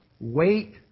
wait